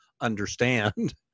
understand